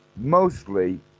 Mostly